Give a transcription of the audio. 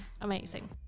amazing